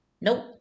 nope